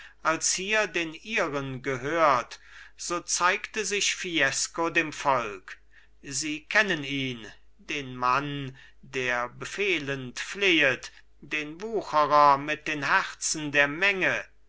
als hier den ihren gehört so zeigte sich fiesco dem volk sie kennen ihn den mann der befehlend flehet den wucherer mit den herzen der menge